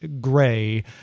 gray